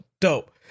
Dope